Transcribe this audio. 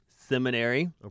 seminary